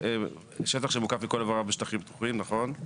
שטח שמוקף מכל עבריו בשטחים פתוחים, נכון?